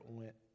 went